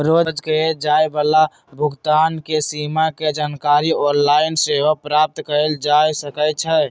रोज कये जाय वला भुगतान के सीमा के जानकारी ऑनलाइन सेहो प्राप्त कएल जा सकइ छै